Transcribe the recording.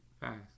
fast